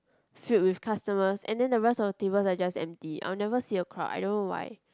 filled with customers and then the rest of the tables are just empty I'll never see a crowd I don't know why